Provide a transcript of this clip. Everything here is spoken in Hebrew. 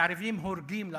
המסתערבים הורגים לאחרונה.